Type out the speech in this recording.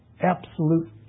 absolute